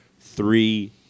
Three